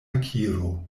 akiro